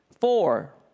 four